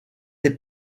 est